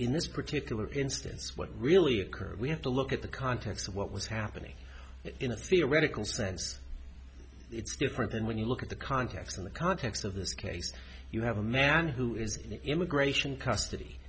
in this particular instance what really occurred we have to look at the context of what was happening in a theoretical sense it's different and when you look at the context in the context of this case you have a man who is immigration custody